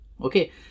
Okay